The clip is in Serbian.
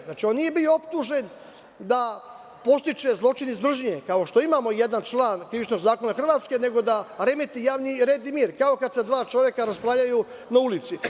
Znači, on nije bio optužen da podstiče zločin iz mržnje, kao što imamo jedan član Krivičnog zakona Hrvatske, nego da remeti javni red i mir, kao kada se dva čoveka raspravljaju na ulici.